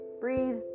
breathe